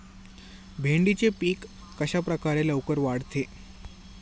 भेंडीचे पीक कशाप्रकारे लवकर वाढते?